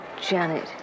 Janet